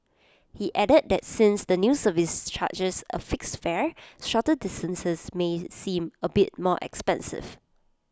he added that since the new service charges A fixed fare shorter distances may seem A bit more expensive